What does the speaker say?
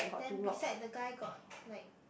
then beside the guy got like